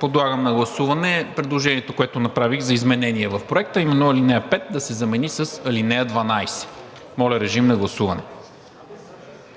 подлагам на гласуване предложението, което направих за изменение в Проекта, а именно „ал. 5“ да се замени с „ал. 12“. Калин Иванов?